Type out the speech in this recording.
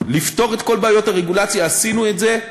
לפתור את כל בעיות הרגולציה, עשינו את זה,